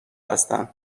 هستن